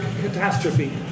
catastrophe